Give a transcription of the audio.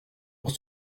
pour